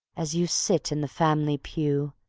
as you sit in the family pew,